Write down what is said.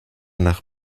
nach